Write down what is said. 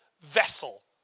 vessel